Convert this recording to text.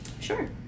sure